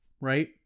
right